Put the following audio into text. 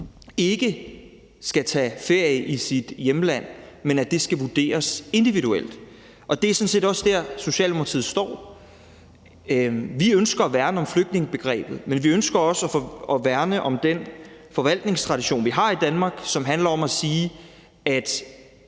ikke skal tage ferie i sit hjemland, men at det skal vurderes individuelt. Det er sådan set også der, Socialdemokratiet står. Vi ønsker at værne om flygtningebegrebet, men vi ønsker også at værne om den forvaltningstradition, vi har i Danmark, som handler om at sige, at